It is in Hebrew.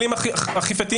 כלים של אכיפה,